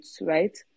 right